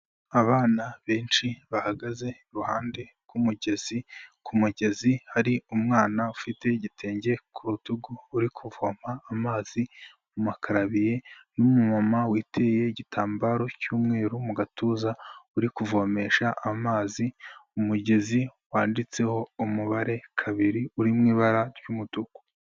Abana benshi bahagaze iruhande rw'umugezi, ku mugezi hari umwana ufite igitenge ku rutugu uri kuvoma amazi, amakaro abiri n'umwuma witeye igitambaro cy'umweru mu gatuza, uri kuvomesha amazi, umugezi wanditseho umubare kabiri, uri mu ibara ry'umutuku.